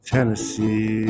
Tennessee